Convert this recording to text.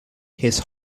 his